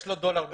יש לו דולר בכיס.